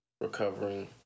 recovering